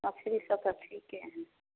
मछरीसब तऽ ठिके हइ